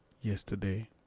yesterday